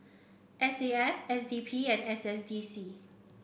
S A F S D P and S S D C